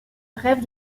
rêve